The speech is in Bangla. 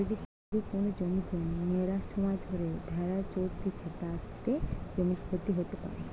যদি কোন জমিতে মেলাসময় ধরে ভেড়া চরতিছে, তাতে জমির ক্ষতি হতে পারে